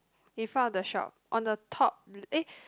in front of the shop on the top eh